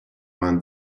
vingt